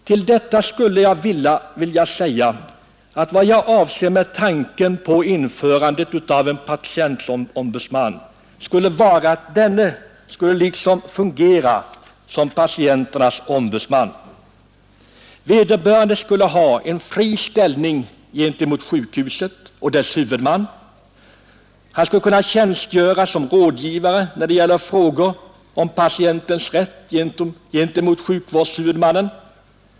Min avsikt är att vederbörande skulle fungera som en patienternas ombudsman. Han skulle ha en fri ställning gentemot sjukhuset och dess huvudman. Han skulle kunna tjänstgöra som rådgivare när det gäller frågor om patientens rätt gentemot sjukvårdshuvudmannen.